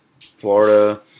Florida